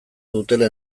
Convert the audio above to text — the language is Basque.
dutela